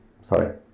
sorry